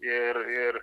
ir ir